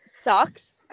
sucks